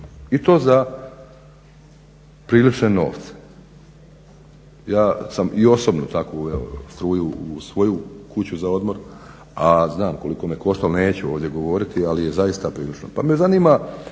I to za prilične novce. Ja sam i osobno tako uveo struju u svoju kuću za odmor, a znam koliko me koštalo, neću ovdje govoriti ali je zaista prilično.